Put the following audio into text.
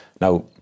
Now